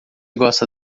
gosta